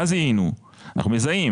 אנחנו מזהים